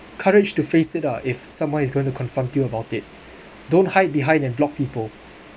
courage to face it ah if someone is going to confront you about it don't hide behind and block people